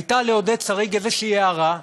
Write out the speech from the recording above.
הייתה לעודד שריג איזושהי הארה,